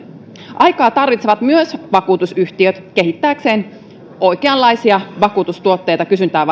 aikaa tarvitsevat myös vakuutusyhtiöt kehittääkseen oikeanlaisia vakuutustuotteita kysyntään